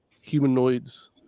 humanoids